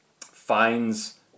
finds